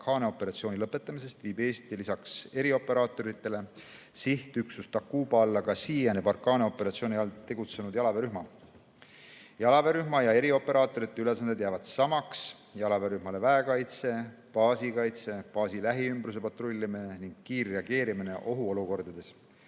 Barkhane operatsiooni lõpetamisest viib Eesti lisaks erioperaatoritele sihtüksuse Takuba alla ka siiani Barkhane operatsiooni all tegutsenud jalaväerühma. Jalaväerühma ja erioperaatorite ülesanded jäävad samaks. Jalaväerühmale väekaitse, baasikaitse, baasi lähiümbruse patrullimine ning kiirreageerimine ohuolukordades.